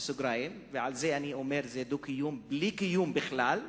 ועל זה אני אומר שזה דו-קיום בלי קיום בכלל,